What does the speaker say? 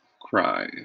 cry